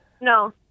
no